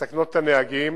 את הנהגים.